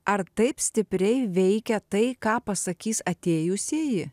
ar taip stipriai veikia tai ką pasakys atėjusieji